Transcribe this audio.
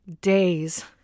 days